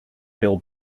bill